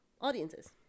audiences